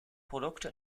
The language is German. produkte